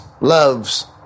loves